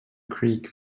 creek